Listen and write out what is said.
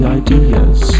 ideas